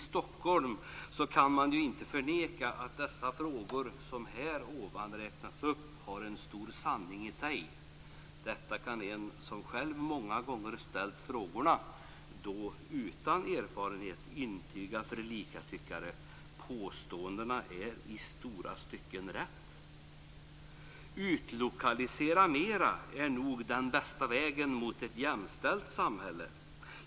Stockholm kan man ju inte förneka att det finns mycket sanning i de frågor som jag räknat upp. En som själv många gånger har ställt frågorna - då utan erfarenhet - kan intyga för likatyckare att påståendena i stora stycken är riktiga. Att utlokalisera mera är nog den bästa vägen mot ett jämställt samhälle.